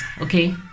Okay